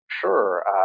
Sure